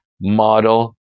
model